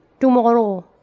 Tomorrow